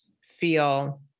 feel